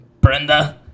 Brenda